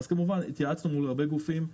אז כמובן, התייעצנו עם הרבה גופים.